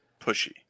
pushy